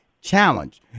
challenge